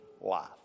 life